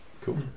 Cool